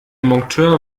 monteur